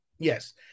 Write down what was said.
Yes